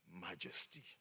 majesty